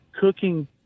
cooking